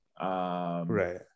right